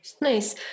Nice